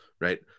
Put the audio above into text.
right